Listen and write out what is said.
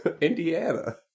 Indiana